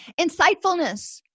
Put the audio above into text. Insightfulness